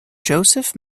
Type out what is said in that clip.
joseph